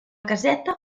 caseta